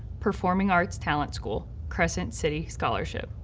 performing arts talent school, crescent city scholarship.